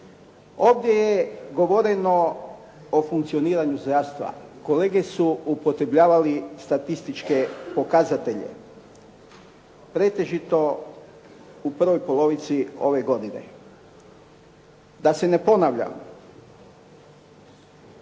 Ovdje je govoreno o funkcioniranju zdravstva. Kolege su upotrebljavali statističke pokazatelje pretežito u prvoj polovici ove godine. Da se ne ponavljam